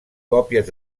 còpies